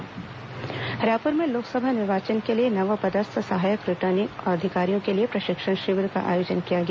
certification course Raipur में लोकसभा निर्वाचन के लिए नवपदस्थ सहायक रिटर्निंग अधिकारियों के लिए प्रशिक्षण शिविर का आयोजन किया गया